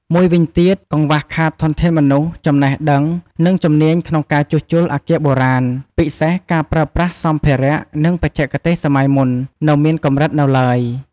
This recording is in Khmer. មួយវិញទៀត កង្វះខាតធនធានមនុស្ស ចំណេះដឹង និងជំនាញក្នុងការជួសជុលអគារបុរាណ ពិសេសការប្រើប្រាស់សម្ភារៈ និងបច្ចេកទេសសម័យមុន នៅមានកម្រិតនៅឡើយ។